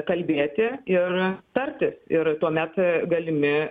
kalbėti ir tartis ir tuomet galimi